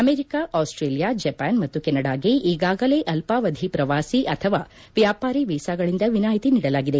America Australia Japan ಮತ್ತು ಕೆನಡಾಗೆ ಈಗಾಗಲೇ ಅಲ್ಪಾವಧಿ ಪ್ರವಾಸಿ ಅಥವಾ ವ್ಯಾಪಾರಿ ವೀಸಾಗಳಿಂದ ವಿನಾಯಿತಿ ನೀಡಲಾಗಿದೆ